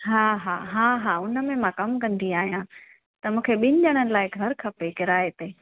हा हा हा हा उन में मां कमु कंदी आहियां त मूंखे ॿिनि ॼणनि लाइ घरु खपे किराए ते